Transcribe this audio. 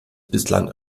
bislang